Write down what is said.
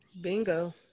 Bingo